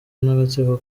n’agatsiko